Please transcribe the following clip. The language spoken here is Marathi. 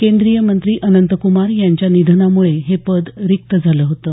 केंद्रीय मंत्री अनंतकुमार यांच्या निधनामुळे हे पद रिक्त झालं होतं